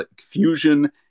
fusion